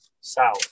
south